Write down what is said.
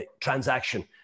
transaction